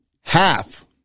Half